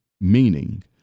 Meaning